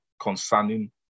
concerning